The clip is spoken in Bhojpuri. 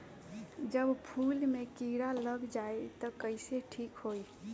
जब फूल मे किरा लग जाई त कइसे ठिक होई?